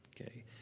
okay